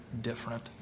different